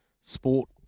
sport